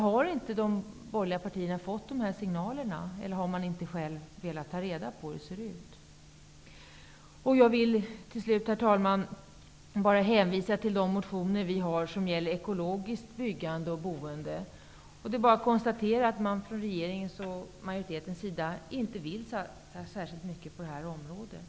Har inte de borgerliga partierna fått dessa signaler, eller har man inte själv velat ta reda på hur det förhåller sig? Jag vill till slut, herr talman, bara hänvisa till de motioner som handlar om ekologiskt byggande och boende. Det är bara att konstatera att man från regeringens och utskottsmajoritetens sida inte vill satsa särskilt mycket på det.